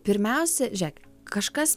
pirmiausia žiūrėk kažkas